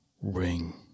ring